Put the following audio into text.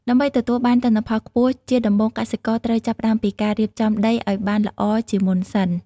ដើម្បីទទួលបានទិន្នផលខ្ពស់ជាដំបូងកសិករត្រូវចាប់ផ្តើមពីការរៀបចំដីឱ្យបានល្អជាមុនសិន។